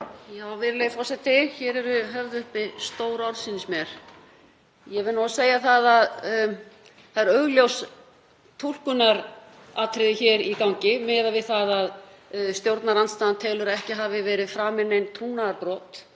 Virðulegi forseti. Hér eru höfð uppi stór orð, sýnist mér. Ég verð að segja að það er augljós túlkunaratriði hér í gangi miðað við það að stjórnarandstaðan telur að ekki hafi verið framin nein trúnaðarbrot